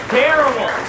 terrible